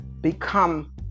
become